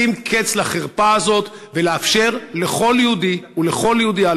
לשים קץ לחרפה הזאת ולאפשר לכל יהודי ולכל יהודייה,